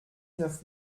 neuf